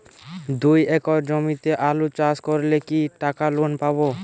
দুই একর জমিতে আলু চাষ করলে কি টাকা লোন পাবো?